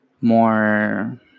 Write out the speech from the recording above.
more